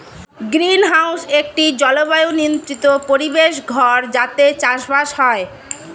greenhouse একটি জলবায়ু নিয়ন্ত্রিত পরিবেশ ঘর যাতে চাষবাস হয়